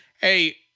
hey